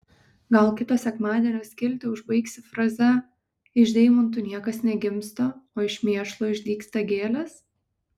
gal kito sekmadienio skiltį užbaigsi fraze iš deimantų niekas negimsta o iš mėšlo išdygsta gėlės